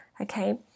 Okay